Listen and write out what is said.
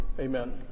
Amen